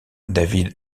david